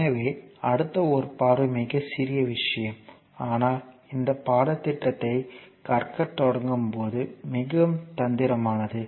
எனவே அடுத்த ஒரு பார்வை மிகச் சிறிய விஷயம் ஆனால் இந்த பாடத்திட்டத்தை கற்கத் தொடங்கும் போது மிகவும் தந்திரமானது